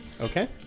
Okay